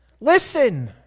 Listen